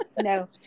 no